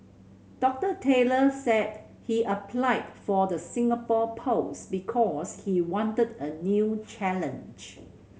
Doctor Taylor said he applied for the Singapore post because he wanted a new challenge